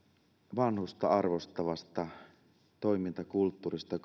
vanhusta arvostavasta toimintakulttuurista